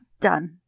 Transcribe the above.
done